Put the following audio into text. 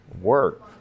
work